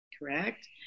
Correct